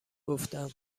گفتم